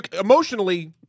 emotionally